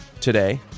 today